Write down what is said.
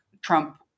Trump